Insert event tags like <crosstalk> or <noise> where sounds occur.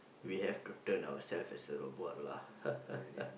we have to turn ourself as a robot lah <laughs>